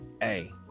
hey